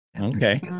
Okay